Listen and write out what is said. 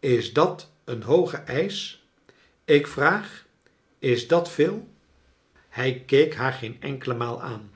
is dat sen hooge eisch ik vraag is dat veel hij keek haar geen enkele maal aan